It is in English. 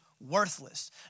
worthless